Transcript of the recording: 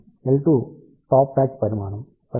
L2 top patch పరిమాణం 12